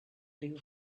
blew